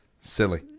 silly